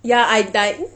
ya I died